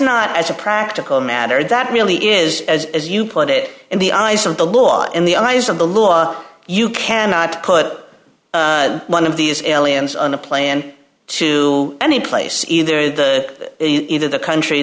not as a practical matter that really is as as you put it in the eyes of the law in the eyes of the law you cannot put one of these aliens on a plane to any place either the either the country